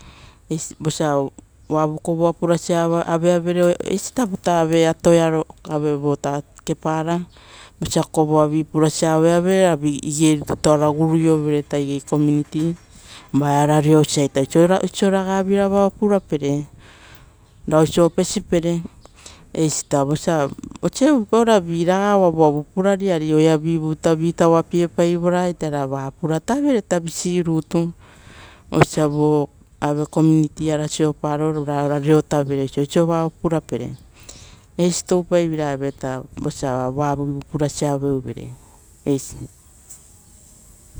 Eisi vosia oavu kovoa purasa avea vere eisi tapo ave atoiavoita avevoita kepara, vosa kovoavi purasa aveavere ra igei rutu ora goruiovere-uruia vaia ora reosa oisoita "oiso ragavira vao purapere, ra oiso opesipere." Eisita vosia osiare uvuipau viraga oavuavu purari ari oevivuita vii tauvapiepaivoraita ra va purata-vereita visi rutu. Oiso vo uruiara soparo ra ora reo tavere oisovao purapere. Eisi toupaiveiraita vosia oavivu purasa aveuvere.